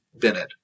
Bennett